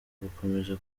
gukomeza